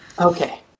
Okay